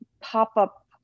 pop-up